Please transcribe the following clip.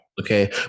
Okay